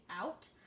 out